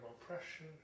oppression